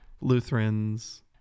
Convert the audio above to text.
Lutherans